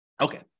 Okay